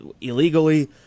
illegally